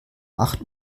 acht